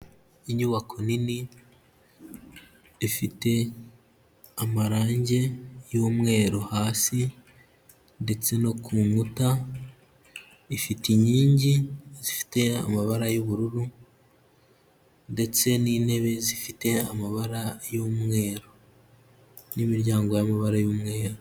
Inyubako nini ifite amarangi y'umweru hasi ndetse no ku nkuta, ifite inkingi zifite amabara y'ubururu ndetse n'intebe zifite amabara y'umweru, n'imiryango y'amabara y'umweru.